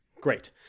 Great